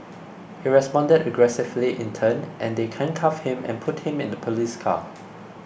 he responded aggressively in turn and they handcuffed him and put him in the police car